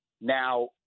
Now